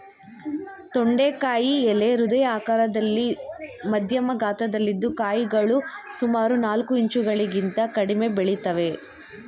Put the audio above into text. ತೊಂಡೆಕಾಯಿ ಎಲೆ ಹೃದಯ ಆಕಾರದಲ್ಲಿ ಮಧ್ಯಮ ಗಾತ್ರದಲ್ಲಿದ್ದು ಕಾಯಿಗಳು ಸುಮಾರು ನಾಲ್ಕು ಇಂಚುಗಳಿಗಿಂತ ಕಡಿಮೆ ಬೆಳಿತವೆ